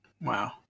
Wow